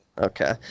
Okay